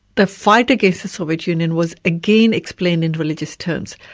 the fight against the soviet union was again explained in religious terms.